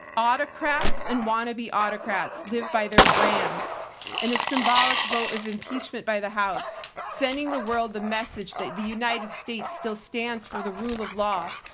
autocrats and wannabe autocrats live by their brands and a symbolic vote of impeachment by the house sending the world the message that the united states still stands for the rule of law,